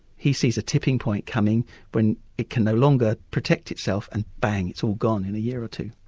he sees a tipping point coming when it can no longer protect itself and, bang, it's all gone in a year or two.